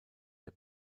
der